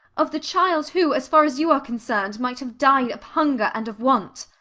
of the child who, as far as you are concerned, might have died of hunger and of want?